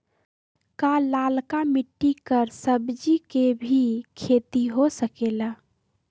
का लालका मिट्टी कर सब्जी के भी खेती हो सकेला?